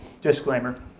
disclaimer